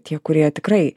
tie kurie tikrai